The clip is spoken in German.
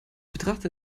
betrachte